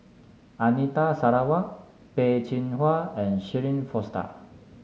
Anita Sarawak Peh Chin Hua and Shirin Fozdar